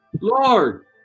Lord